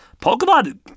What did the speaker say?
Pokemon